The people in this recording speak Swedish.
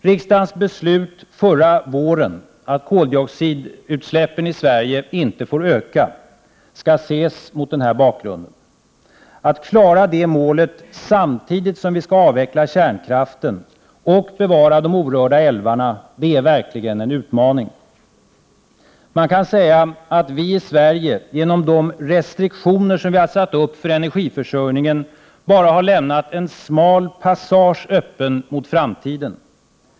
Riksdagens beslut förra våren, att koldioxidutsläppen i Sverige inte får öka, skall ses mot den här bakgrunden. Att klara det målet samtidigt som vi skall avveckla kärnkraften och bevara de orörda älvarna är verkligen en utmaning. Man kan säga att vi i Sverige genom de restriktioner vi har satt upp för energiförsörjningen bara har lämnat en smal passage öppen mot framtiden.